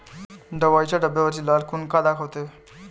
दवाईच्या डब्यावरची लाल खून का दाखवते?